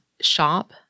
shop